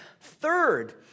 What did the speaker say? Third